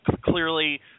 clearly